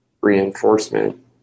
reinforcement